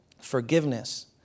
forgiveness